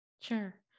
Sure